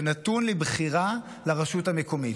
זה נתון לבחירת הרשות המקומית.